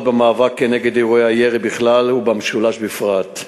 במאבק נגד אירועי הירי בכלל ובמשולש בפרט,